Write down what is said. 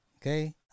Okay